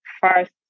first